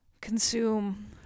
consume